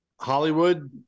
hollywood